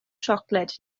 siocled